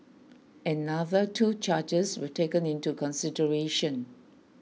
another two charges were taken into consideration